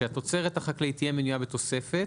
כך שהתוצרת החקלאית תהיה מנויה בתוספת,